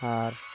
ᱟᱨ